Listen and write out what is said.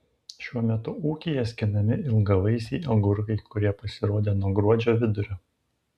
šiuo metu ūkyje skinami ilgavaisiai agurkai kurie pasirodė nuo gruodžio vidurio